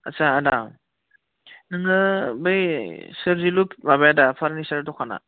आस्सा आदा नोङो बै सोरजिलु माबाया दा फार्निचार दखाना